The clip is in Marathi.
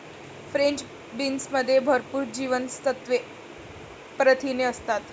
फ्रेंच बीन्समध्ये भरपूर जीवनसत्त्वे, प्रथिने असतात